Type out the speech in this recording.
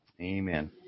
Amen